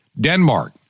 Denmark